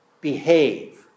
behave